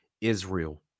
israel